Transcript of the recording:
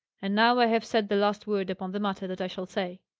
and now i have said the last word upon the matter that i shall say.